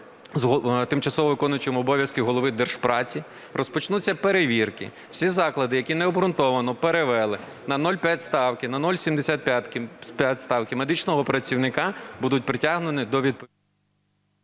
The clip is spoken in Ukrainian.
з тимчасово виконуючим обов'язки Голови Держпраці, розпочнуться перевірки. Всі заклади, які необґрунтовано перевели на 0,5 ставки, на 0,75 ставки медичного працівника будуть притягнені до…